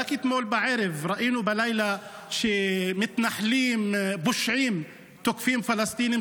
רק אתמול ראינו בלילה שמתנחלים פושעים תוקפים פלסטינים,